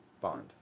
bond